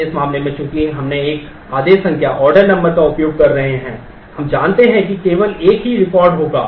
लेकिन इस मामले में चूंकि हम एक आदेश संख्या का उपयोग कर रहे हैं हम जानते हैं कि केवल एक ही रिकॉर्ड होगा